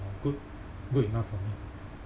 good good enough for me